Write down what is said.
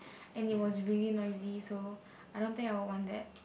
and it was really noisy so I don't think I'll want that